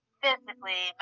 physically